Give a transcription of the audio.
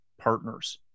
partners